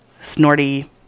snorty